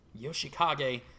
Yoshikage